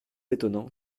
étonnante